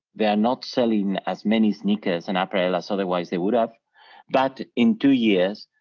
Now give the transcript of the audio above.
they are not selling as many sneakers and apparel as otherwise they would have but in two years,